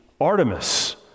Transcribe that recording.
Artemis